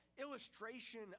illustration